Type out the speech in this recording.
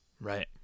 Right